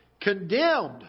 condemned